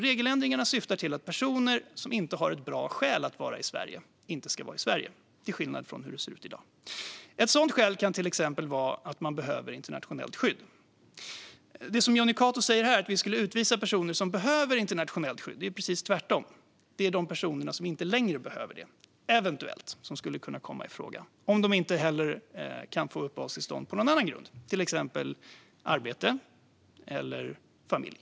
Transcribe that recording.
Regeländringarna syftar till att personer som inte har ett bra skäl att vara i Sverige inte ska vara i Sverige, till skillnad från hur det ser ut i dag. Ett sådant skäl kan till exempel vara att man behöver internationellt skydd. Det som Jonny Cato säger här, att vi skulle utvisa personer som behöver internationellt skydd, stämmer inte. Det är precis tvärtom. De som eventuellt skulle kunna komma i fråga är personer som inte längre behöver detta skydd, om de inte kan få uppehållstillstånd på någon annan grund, till exempel arbete eller familj.